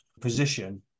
position